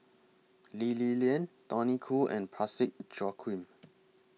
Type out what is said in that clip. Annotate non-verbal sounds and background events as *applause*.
Lee Li Lian Tony Khoo and Parsick *noise* Joaquim